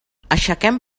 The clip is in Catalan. aixequem